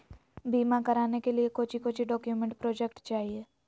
बीमा कराने के लिए कोच्चि कोच्चि डॉक्यूमेंट प्रोजेक्ट चाहिए?